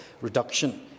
reduction